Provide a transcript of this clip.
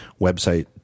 website